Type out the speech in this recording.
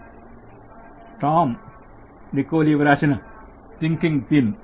Tom Nikoli వ్రాసిన THINKING THIN